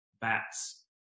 bats